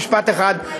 משפט אחד,